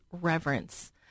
reverence